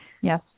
Yes